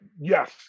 yes